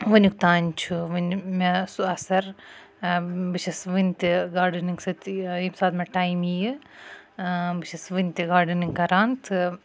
وٕنۍ یُکھ تانۍ چھُ وٕنہِ مےٚ سُہ اَثَر بہٕ چھَس وٕنتہِ گاڈنِنٛگ سۭتۍ ییٚمہِ ساتہٕ مےٚ ٹایم یِیہِ بہٕ چھَس وٕنتہِ گاڈنِنٛگ کَران تہٕ